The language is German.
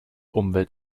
umwelt